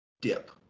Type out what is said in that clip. dip